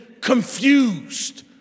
confused